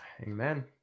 Amen